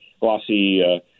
glossy